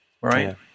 right